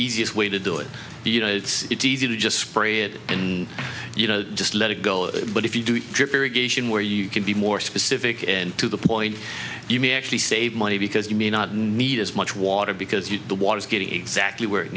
easiest way to do it you know it's easy to just spray it can you know just let it go but if you do drip irrigation where you can be more specific and to the point you may actually save money because you may not need as much water because you the water is getting exactly where it